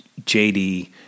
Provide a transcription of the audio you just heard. JD